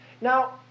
Now